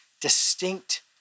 distinct